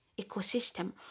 ecosystem